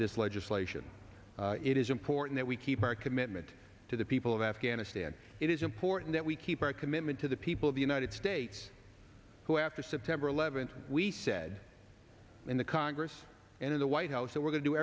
this legislation it is important that we keep our commitment to the people of afghanistan it is important that we keep our commitment to the people of the united states who after september eleventh we said in the congress and in the white house that we're go